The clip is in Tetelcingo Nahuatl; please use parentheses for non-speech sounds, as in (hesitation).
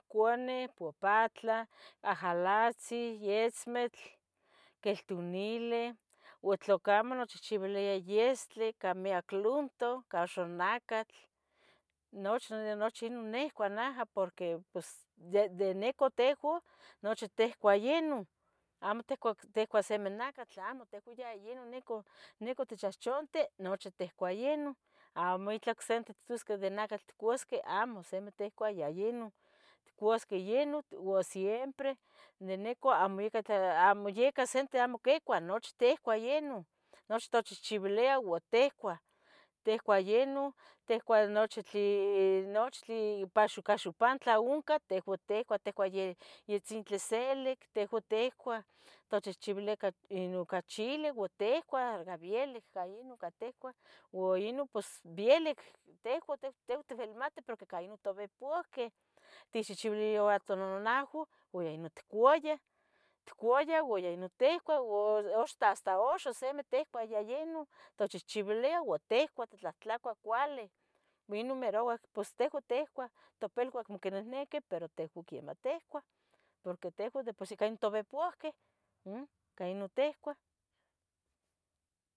Cuaneh popatla, ajalahtzin yetzmetl, queltunilih uo tla camo nochihchiuilia yestli ica miyac luntoh ica xonactl, nochi inon nicuah neja de inon nicua nochi tihcuah yenon. Amo ticuah simi nacatl amo, tehuan ya inon, nicua tichohchonti nochi ticuah yenon, amo itlah ocse ittosqueh de nacatl itcuasqueh, amo san ticuah ya yenon, itcuasqueh yenon uo siempre de nicua (hesitation) amo ica siti quicuah yenon. Nochi tachihchiuilia uan ticuah, ticuah yenon, ticuah nochi tli (hesitation) nochtli paxo cah xopantlah oncah tehuan ticuah, ticuah isentle selic tehuan ticuah tochihchiuilia iyoca chili uo ticuah hora vielic ca ino caticuah uo inon vielic ticuah tehuan velic ticmatih porque tovehpoqueh tichihchiuiliah toncou ua inon otcuayah, otcuayah uan inon ticuah uo hasta axan simi ticuah ya yenon, tochihchiuilia uan tecuah ittlahtlacuah uan cuali, inon milauac pos tehuan ticuah, topeluan acquinehnequih, pero tehuan ticuah porque tehuan de por sí tovehpolqueh ica inon ticuah.